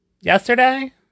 yesterday